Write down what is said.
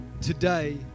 today